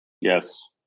Yes